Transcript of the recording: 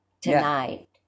tonight